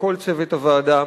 לכל צוות הוועדה.